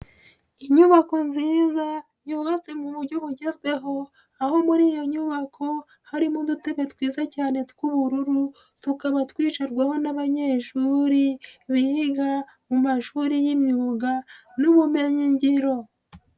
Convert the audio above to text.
Inyubako nziza yubatse mu buryo bugezweho, aho muri iyo nyubako harimo udutebe twiza cyane tw'ubururu, tukaba twicarwaho n'abanyeshuri, biga mu mashuri y'imyuga n'ubumenyingiro.